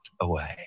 away